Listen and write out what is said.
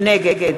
נגד